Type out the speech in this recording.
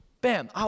Bam